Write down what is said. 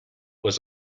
was